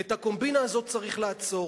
ואת הקומבינה הזאת צריך לעצור.